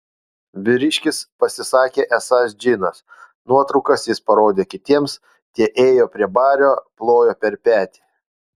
vyriškis pasisakė esąs džinas nuotraukas jis parodė kitiems tie ėjo prie bario plojo per petį